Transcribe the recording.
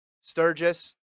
Sturgis